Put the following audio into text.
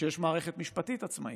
כשיש מערכת משפטית עצמאית,